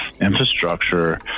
infrastructure